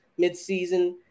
midseason